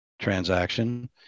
transaction